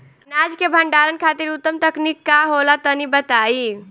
अनाज के भंडारण खातिर उत्तम तकनीक का होला तनी बताई?